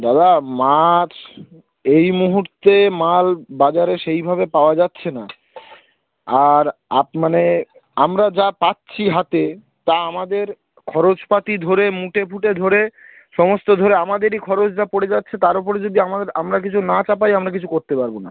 দাদা মাছ এই মুহূর্তে মাল বাজারে সেইভাবে পাওয়া যাচ্ছে না আর আপ মানে আমরা যা পাচ্ছি হাতে তা আমাদের খরচপাতি ধরে মুটে ফুটে ধরে সমস্ত ধরে আমাদেরই খরচ যা পড়ে যাচ্ছে তার ওপর যদি আমাদের আমরা কিছু না চাপাই আমরা কিছু করতে পারবো না